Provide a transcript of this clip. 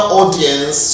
audience